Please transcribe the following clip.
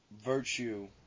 virtue